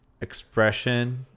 expression